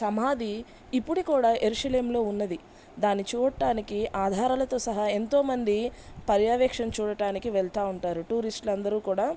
సమాధి ఇప్పుటికీ కూడా యెరూషలేంలో ఉన్నది దాన్ని చూడటానికి ఆధారాలతో సహా ఎంతోమంది పర్యావేక్షణ చూడటానికి వెళుతూ ఉంటారు టూరిస్టులు అందరూ కూడా